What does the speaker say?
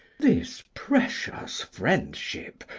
this precious friendship,